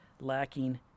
lacking